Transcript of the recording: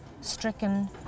stricken